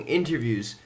interviews